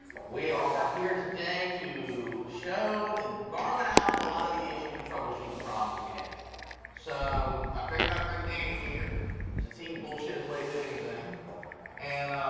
we are here today to show the garmin alpha, a lot of the issues and troubleshooting problems we have so i figured i'd bring danny here since he can bullshit his way through anything and